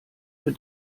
für